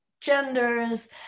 genders